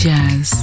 Jazz